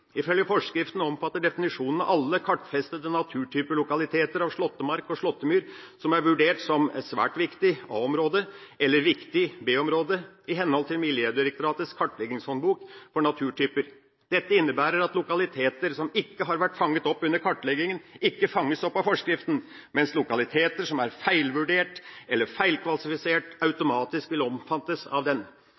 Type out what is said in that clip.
Ifølge forskriften omfatter definisjonene alle kartfestede naturtypelokaliteter av slåttemark og slåttemyr som er vurdert som «svært viktig», A-område, eller «viktig», B-område, i henhold til Miljødirektoratets kartleggingshåndbok for naturtyper. Dette innebærer at lokaliteter som ikke har vært fanget opp under kartleggingen, ikke fanges opp av forskriften, mens lokaliteter som er feilvurdert eller feilklassifisert, automatisk vil omfattes av den.